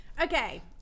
Okay